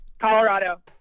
colorado